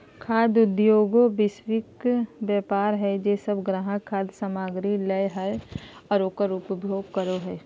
खाद्य उद्योगएगो वैश्विक व्यापार हइ जे सब ग्राहक खाद्य सामग्री लय हइ और उकर उपभोग करे हइ